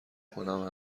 کنم